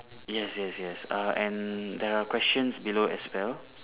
yes yes yes err and there are questions below as well